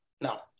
Now